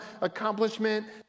accomplishment